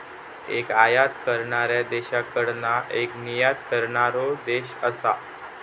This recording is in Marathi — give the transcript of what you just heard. एक आयात करणाऱ्या देशाकडना एक निर्यात करणारो देश असा